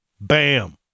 Bam